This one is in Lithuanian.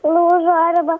lūžo arba